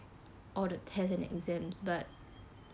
all the tests and exams but